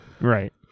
right